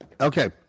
Okay